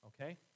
okay